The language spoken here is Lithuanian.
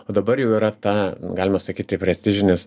o dabar jau yra ta galima sakyti prestižinis